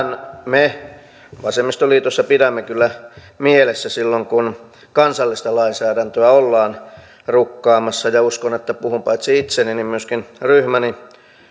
me vasemmistoliitossa pidämme kyllä mielessä silloin kun kansallista lainsäädäntöä ollaan rukkaamassa ja uskon että puhun paitsi itseni myöskin ryhmäni